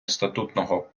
статутного